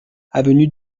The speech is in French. avenue